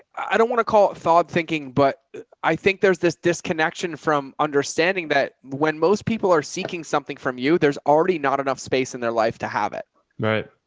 i don't want to call it thought thinking, but i think there's this disconnection from understanding that when most people are seeking something from you, there's already not enough space in their life to have it right.